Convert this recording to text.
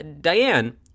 Diane